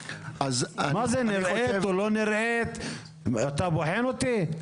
מה זה נראית או לא נראית, אתה בוחן אותי?